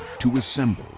to assemble,